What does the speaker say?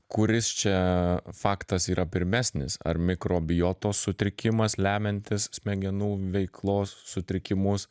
kuris čia faktas yra pirmesnis ar mikrobiotos sutrikimas lemiantis smegenų veiklos sutrikimus